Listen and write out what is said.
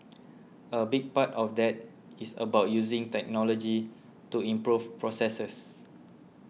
a big part of that is about using technology to improve processes